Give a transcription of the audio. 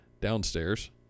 downstairs